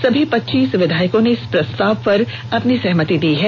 सभी पच्चीस विधायकों ने इस प्रस्ताव पर अपनी सहमति दी है